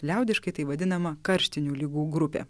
liaudiškai tai vadinama karštinių ligų grupė